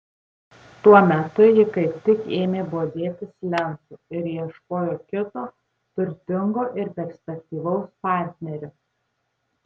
tuo metu ji kaip tik ėmė bodėtis lencu ir ieškojo kito turtingo ir perspektyvaus partnerio